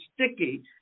sticky